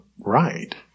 right